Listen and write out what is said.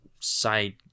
side